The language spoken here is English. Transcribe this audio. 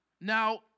Now